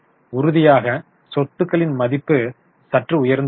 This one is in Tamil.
உறுதியான சொத்துக்கள் மதிப்பு சற்று உயர்ந்துள்ளது